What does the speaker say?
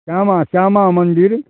श्यामा श्यामा मन्दिर